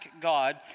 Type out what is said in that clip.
God